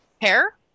Hair